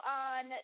on